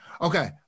Okay